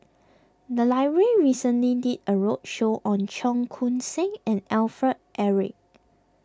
the library recently did a roadshow on Cheong Koon Seng and Alfred Eric